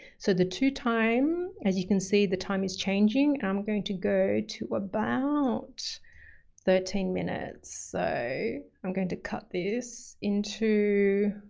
so the to time, as you can see, the time is changing. i'm going to go to about thirteen minutes. so i'm going to cut this into,